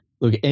Look